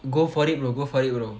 go for it bro go for it bro